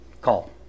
call